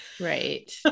right